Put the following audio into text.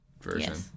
version